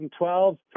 2012